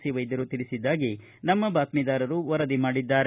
C ವೈದ್ವರು ತಿಳಿಸಿದ್ದಾಗಿ ನಮ್ಮ ಬಾತ್ಮಿದಾರರು ವರದಿ ಮಾಡಿದ್ದಾರೆ